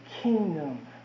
kingdom